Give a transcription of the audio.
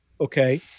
Okay